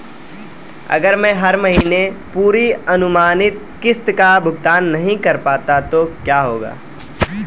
अगर मैं हर महीने पूरी अनुमानित किश्त का भुगतान नहीं कर पाता तो क्या होगा?